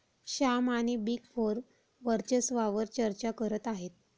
श्याम आणि big four वर्चस्वावार चर्चा करत आहेत